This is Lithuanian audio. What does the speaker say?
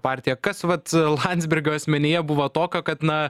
partija kad vat landsbergio asmenyje buvo tokio kad na